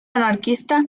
anarquista